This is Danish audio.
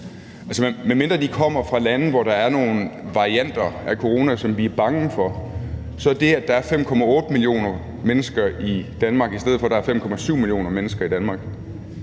medmindre de kommer fra lande, hvor der er nogle varianter af corona, som vi er bange for, så udgør det, at der er 5,8 millioner mennesker i Danmark, i stedet for at der er 5,7 millioner mennesker i Danmark,